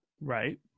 Right